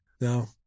No